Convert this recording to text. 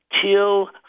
till